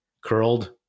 curled